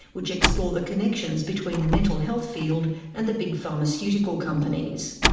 which explore the connections between the mental health field and the big pharmaceutical companies.